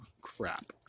crap